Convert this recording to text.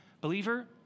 Believer